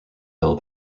hill